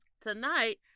tonight